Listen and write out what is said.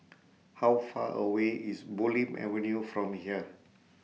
How Far away IS Bulim Avenue from here